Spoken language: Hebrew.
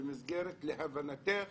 שלהבנתך